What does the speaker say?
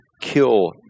Kill